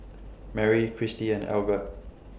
Merrie Cristy and Algot